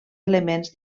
elements